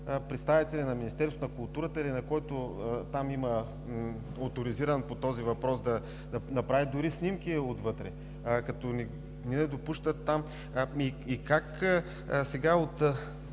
представители на Министерството на културата или който е оторизиран по този въпрос, да направи дори снимки отвътре, като не ги пускат там. И как от